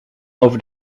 over